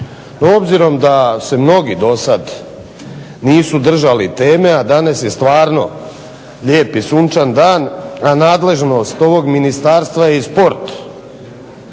obzirom da se mnogi dosad nisu držali teme, a danas je stvarno lijep i sunčan dan, a nadležnost ovog ministarstva je i sport